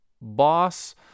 boss